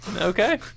Okay